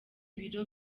biro